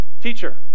teacher